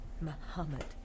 Muhammad